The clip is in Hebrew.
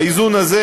האיזון הזה,